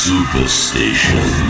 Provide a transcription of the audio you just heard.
Superstation